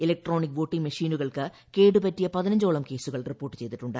electronic voting മെഷീനുകൾക്ക് കേടുപറ്റിയ പ്പ് ഔളം് കേസ്സുകൾ റിപ്പോർട്ട് ചെയ്തിട്ടുണ്ട്